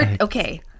Okay